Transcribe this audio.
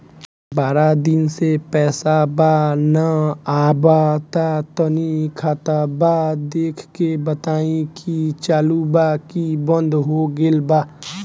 बारा दिन से पैसा बा न आबा ता तनी ख्ताबा देख के बताई की चालु बा की बंद हों गेल बा?